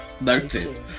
Noted